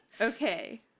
Okay